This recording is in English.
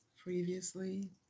previously